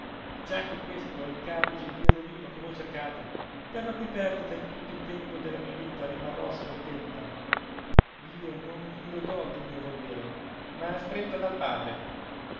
già che questo è il caro e gentil robino che voi cercate per la cui perdita in tutto il tempo della vita mia rimarrò scontenta io non vi lo do di mio volere ma astretta dal padre